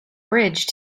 bridge